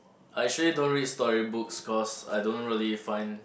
I actually don't read story books cause I don't really find